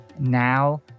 Now